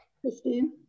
Christine